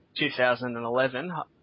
2011